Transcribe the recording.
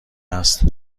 است